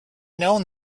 known